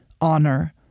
honor